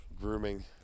Grooming